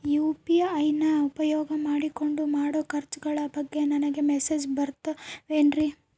UPI ನ ಉಪಯೋಗ ಮಾಡಿಕೊಂಡು ಮಾಡೋ ಖರ್ಚುಗಳ ಬಗ್ಗೆ ನನಗೆ ಮೆಸೇಜ್ ಬರುತ್ತಾವೇನ್ರಿ?